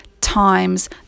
times